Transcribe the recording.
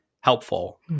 helpful